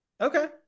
Okay